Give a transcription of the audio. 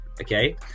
okay